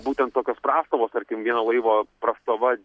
būtent tokios prastovos tarkim vieno laivo prastova